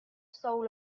soul